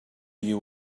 you